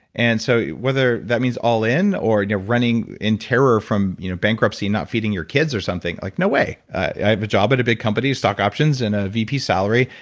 and so, whether that means all in or you're running in terror from you know bankruptcy and not feeding your kids or something, like no way. i have a job at a big company stock options and a vp salary,